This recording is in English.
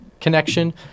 connection